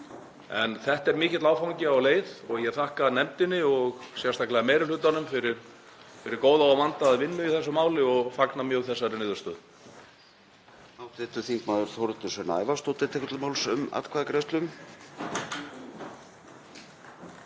En þetta er mikill áfangi á leið. Ég þakka nefndinni og sérstaklega meiri hlutanum fyrir góða og vandaða vinnu í þessu máli og fagna mjög þessari niðurstöðu.